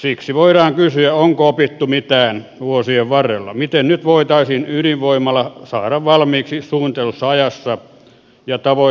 siksi voidaan kysyä onko opittu mitään vuosien varrella miten nyt voitaisiin ydinvoimala saada valmiiksi suunnitellussa ajassa ja tavoitehinnalla